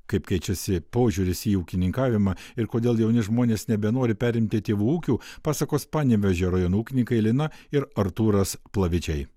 kaip keičiasi požiūris į ūkininkavimą ir kodėl jauni žmonės nebenori perimti tėvų ūkių pasakos panevėžio rajono ūkininkai lina ir artūras plavidžiai